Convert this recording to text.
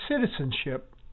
citizenship